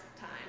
time